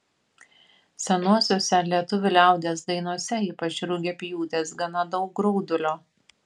senosiose lietuvių liaudies dainose ypač rugiapjūtės gana daug graudulio